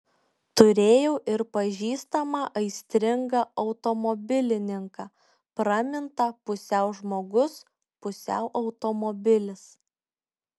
turėjau ir pažįstamą aistringą automobilininką pramintą pusiau žmogus pusiau automobilis